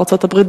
ארצות-הברית,